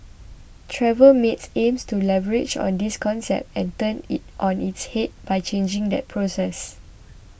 Traveller Mates aims to leverage on this concept and turn it on its head by changing that process